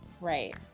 right